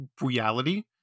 reality